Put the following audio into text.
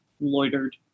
loitered